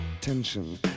tension